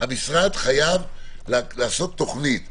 המשרד חייב לעשות תוכנית,